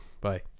Bye